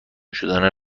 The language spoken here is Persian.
شدن